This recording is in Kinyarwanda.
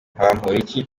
bamporiki